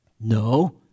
No